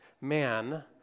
man